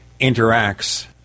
interacts